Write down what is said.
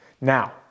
Now